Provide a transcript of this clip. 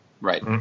Right